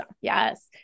Yes